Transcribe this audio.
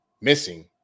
missing